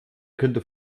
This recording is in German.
könnte